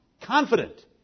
confident